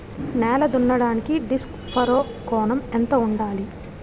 నేల దున్నడానికి disc furrow కోణం ఎంత ఉండాలి?